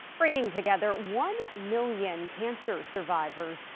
bringing together one million cancer survivors.